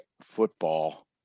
football